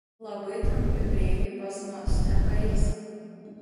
labai trumpi breikai pas mus nepailsim